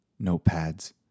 notepads